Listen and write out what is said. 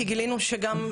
כי גילינו שגם,